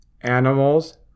animals